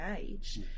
age